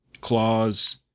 claws